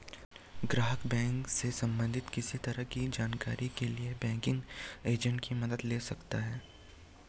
ग्राहक बैंक से सबंधित किसी तरह की जानकारी के लिए बैंकिंग एजेंट की मदद ले सकता है